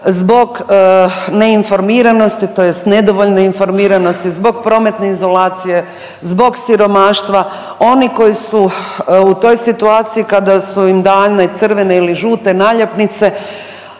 Zbog neinformiranosti tj. nedovoljne informiranosti, zbog prometne izolacije, zbog siromaštva. Oni koji su u toj situaciji kada su im dane crvene ili žute naljepnice,